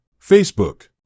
Facebook